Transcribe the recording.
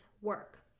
work